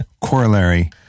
corollary